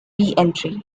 reentry